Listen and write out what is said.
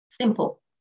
Simple